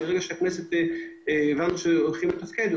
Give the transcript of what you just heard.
מרגע שהבנו שהכנסת הולכת לתפקד,